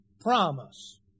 promise